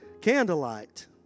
Candlelight